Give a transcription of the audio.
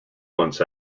months